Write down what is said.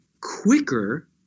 quicker